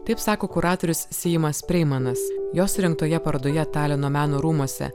taip sako kuratorius seimas preimanas jo surengtoje parodoje talino meno rūmuose